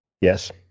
Yes